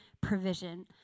provision